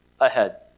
ahead